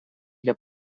для